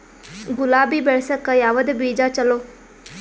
ಗುಲಾಬಿ ಬೆಳಸಕ್ಕ ಯಾವದ ಬೀಜಾ ಚಲೋ?